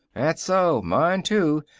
that so? mine, to.